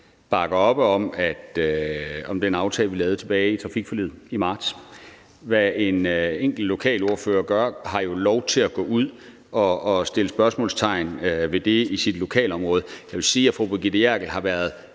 bakke op om den aftale, vi lavede om trafikforliget tilbage i marts. En enkelt lokal ordfører har jo lov til at gå ud at sætte spørgsmålstegn ved det i sit lokalområde. Jeg vil sige, at fru Brigitte Klintskov Jerkel har været